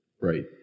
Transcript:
Right